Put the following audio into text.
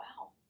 wow